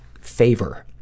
Favor